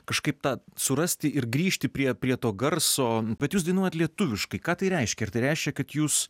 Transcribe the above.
kažkaip tą surasti ir grįžti prie prie to garso bet jūs dainuojat lietuviškai ką tai reiškia ar tai reiškia kad jūs